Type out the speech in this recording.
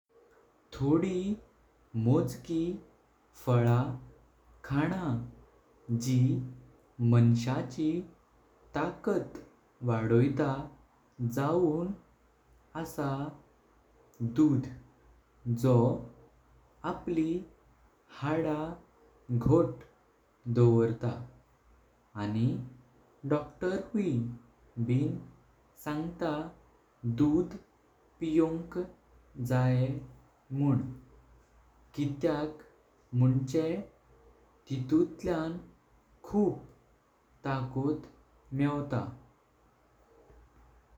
थोड़ी मोजकी फला खाणा जी माणसाची ताकत वाढोयता जाऊं। असा दूध जो आपली हाडं घोट दोवरता आणि डॉक्टरहूँ बिन सांगता। दूध पियोंक जायें मुन कित्याक मोंचें तीतुळ्यान खूप ताकत मेवत।